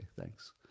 thanks